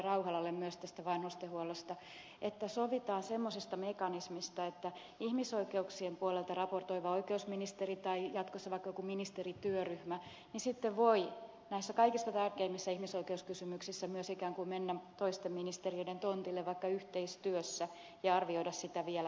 rauhalalle myös tästä vanhustenhuollosta että sovitaan semmoisesta mekanismista että ihmisoikeuksien puolelta raportoiva oikeusministeri tai jatkossa vaikka joku ministerityöryhmä sitten voi näissä kaikista tärkeimmissä ihmisoikeuskysymyksissä myös ikään kuin mennä toisten ministeriöiden tontille vaikka yhteistyössä ja arvioida sitä vielä pidemmälle